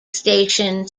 station